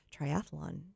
triathlon